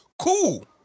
cool